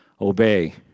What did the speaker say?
obey